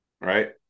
right